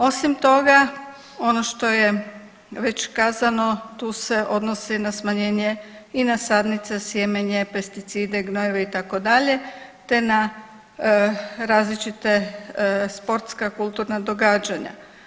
Osim toga ono što je već kazano tu se odnosi na smanjenje i na sadnice, sjemenje, pesticide, gnojiva itd., te na različite sportska i kulturna događanja.